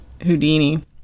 Houdini